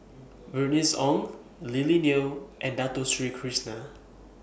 Bernice Ong Lily Neo and Dato Sri Krishna